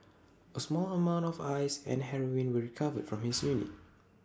A small amount of ice and heroin were recovered from his unit